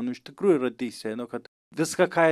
nu iš tikrųjų yra teisi nu kad viską ką